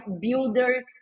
builder